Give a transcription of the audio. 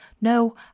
No